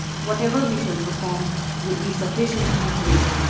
whatever we shall perform will be sufficiently great.